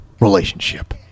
relationship